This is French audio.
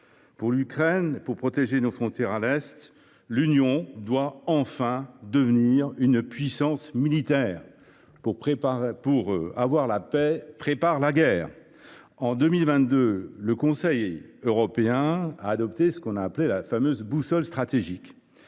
Pour l’Ukraine, pour protéger nos frontières orientales, l’Union doit, enfin, devenir une puissance militaire : pour avoir la paix, prépare la guerre ! En 2022, le Conseil européen a adopté ce que l’on a appelé la « boussole stratégique